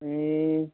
उम